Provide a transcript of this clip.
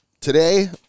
Today